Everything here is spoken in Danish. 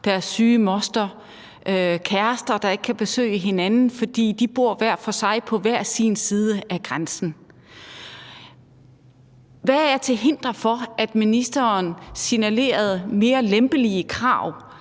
deres syge moster; kærester, der ikke kan besøge hinanden, fordi de bor hver for sig på hver sin side af grænsen. Hvad er til hinder for, at ministeren signalerede mere lempelige krav